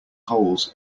holes